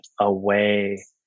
away